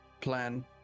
plan